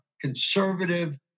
conservative